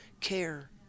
care